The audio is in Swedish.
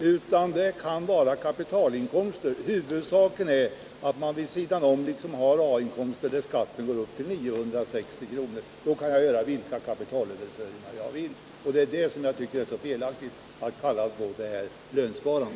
Det kan också vara kapitalinkomster — huvudsaken är att man vid sidan om har en A-inkomst för vilken skatten går upp till 960 kr. Har man bara det, så kan man göra vilka kapitalöverföringar man vill. Därför tycker tag att det är felaktigt att kalla dotta för lönsparande.